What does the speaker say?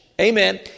Amen